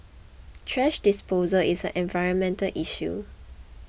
thrash disposal is an environmental issue